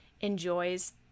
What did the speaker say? enjoys